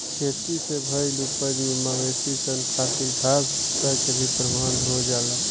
खेती से भईल उपज से मवेशी सन खातिर घास भूसा के भी प्रबंध हो जाला